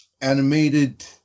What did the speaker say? animated